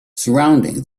surrounding